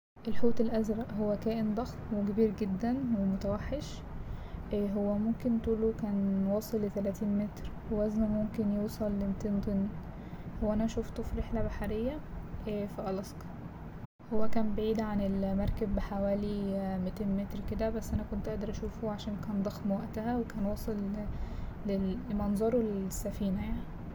الحوت الأزرق، هو كائن ضخم وكبير جدا ومتوحش هو ممكن طوله كان واصل لتلاتين متر ووزنه ممكن يوصل لمتين طن، وأنا شوفته في رحلة بحرية في ألاسكا هو كان بعيد عن المركب بحوالي متين متر كده بس أنا قادرة اشوفه عشان كان ضخم وقتها وكان واصل ل-لل- منظره للسفينة يعني.